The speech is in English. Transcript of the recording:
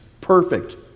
Perfect